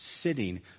sitting